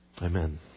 Amen